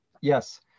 yes